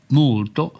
molto